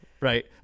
Right